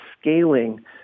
scaling